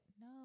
no